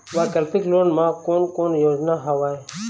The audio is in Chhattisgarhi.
वैकल्पिक लोन मा कोन कोन योजना हवए?